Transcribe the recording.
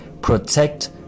Protect